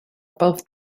above